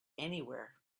anywhere